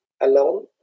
alone